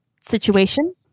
situation